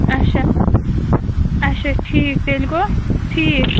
اَچھا اَچھا ٹھیٖک تیٚلہِ گوٚو ٹھیٖک